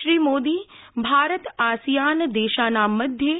श्रीमोदी भारत आसियानदेशानां मध्ये